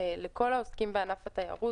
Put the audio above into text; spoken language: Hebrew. שניתנו לכל העוסקים בענף התיירות,